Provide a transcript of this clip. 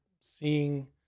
seeing